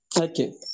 Okay